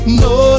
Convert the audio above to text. no